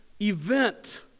event